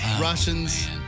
Russians